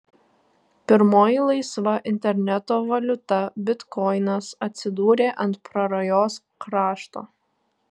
pirmoji laisva interneto valiuta bitkoinas atsidūrė ant prarajos krašto